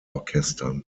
orchestern